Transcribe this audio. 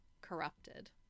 corrupted